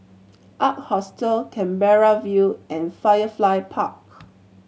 Ark Hostel Canberra View and Firefly Park